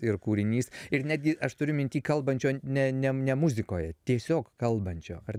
ir kūrinys ir netgi aš turiu minty kalbančio ne ne ne muzikoj tiesiog kalbančio ar ne